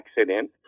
accident